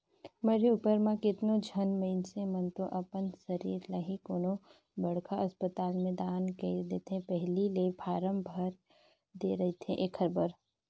मरे उपर म केतनो झन मइनसे मन तो अपन सरीर ल ही कोनो बड़खा असपताल में दान कइर देथे पहिली ले फारम भर दे रहिथे एखर बर